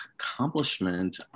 accomplishment